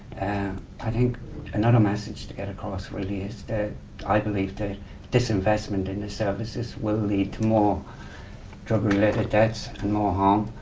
i think another message to get across really is that i believe that disinvestment in the services will lead to more drug-related deaths and more harm,